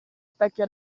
specchio